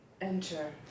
enter